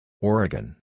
Oregon